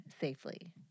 safely